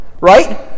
right